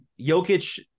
Jokic